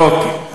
אוקיי.